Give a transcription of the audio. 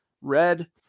red